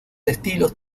estilos